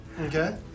Okay